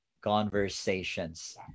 Conversations